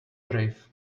brave